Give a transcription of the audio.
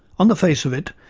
on the face of it,